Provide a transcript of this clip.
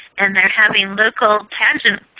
and they're having local pageant